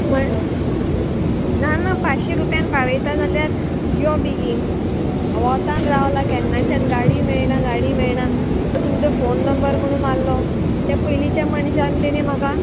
म्हण ना ना पांचशे रुपयान पावयता जाल्यार यो बेगीन वोतान रावला केन्नाच्यान गाडी मेळना गाडी मेळना तो तुमचो फोन नंबर म्हणून मारलो ते पयलींच्या मनश्यान तेणी म्हाका